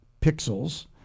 pixels